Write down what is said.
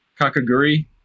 kakaguri